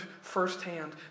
firsthand